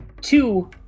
Two